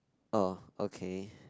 oh okay